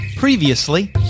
Previously